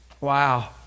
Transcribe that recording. Wow